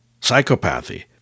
psychopathy